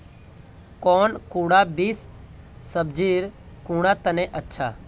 कौन कुंडा बीस सब्जिर कुंडा तने अच्छा?